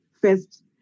first